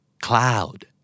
Cloud